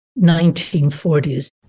1940s